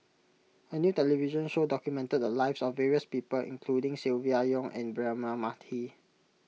a new television show documented the lives of various people including Silvia Yong and Braema Mathi